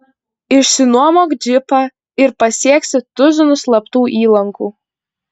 išsinuomok džipą ir pasieksi tuzinus slaptų įlankų